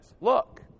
look